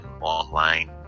online